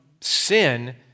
sin